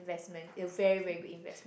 investment a very very good investment